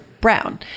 brown